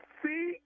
see